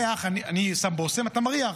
ריח, אני שם בושם, אתה מריח,